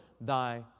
thy